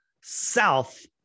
south